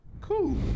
Cool